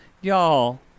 Y'all